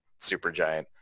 Supergiant